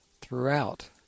throughout